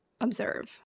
observe